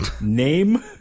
name